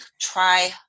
try